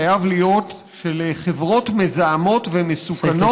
חייב להיות שלחברות מזוהמות ומסוכנות,